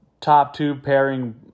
top-two-pairing